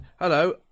hello